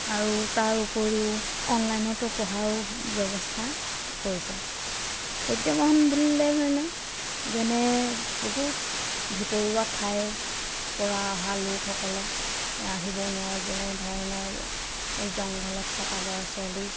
আৰু তাৰ উপৰিও অনলাইনতো পঢ়াৰো ব্যৱস্থা কৰিছে প্ৰত্যাহ্বান বুলিলে মানে যেনে বহুত ভিতৰুৱা ঠাইৰ পৰা অহা লোকসকলে আহিব নোৱাৰে যেনে ধৰণৰ জংঘলত থকা ল'ৰা ছোৱালী